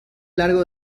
largo